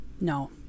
no